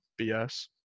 BS